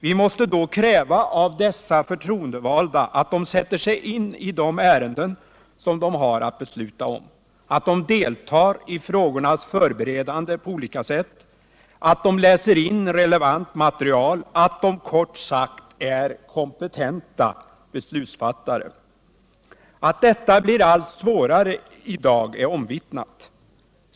Vi måste då kräva av dessa förtroendevalda att de sätter sig in i de ärenden som de har att besluta om, att de deltar i frågornas förberedande på olika sätt, att de läser in relevant material, att de kort sagt är kompetenta beslutsfattare. Att detta blir allt svårare i dag är omvittnat.